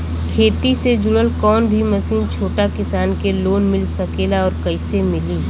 खेती से जुड़ल कौन भी मशीन छोटा किसान के लोन मिल सकेला और कइसे मिली?